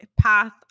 path